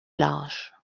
large